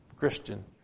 christian